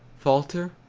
falter?